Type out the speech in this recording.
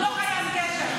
לא קיים קשר.